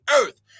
earth